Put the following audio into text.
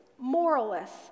moralist